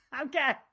Okay